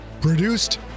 produced